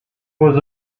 was